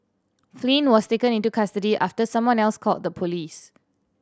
Flynn was taken into custody after someone else called the police